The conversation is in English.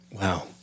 Wow